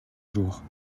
jours